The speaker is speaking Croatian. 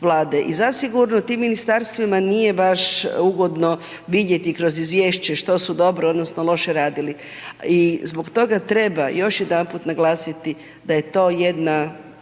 i zasigurno tim ministarstvima nije baš ugodno vidjeti kroz izvješće što su dobro odnosno loše radili. I zbog treba još jedanput naglasiti da je to jedna,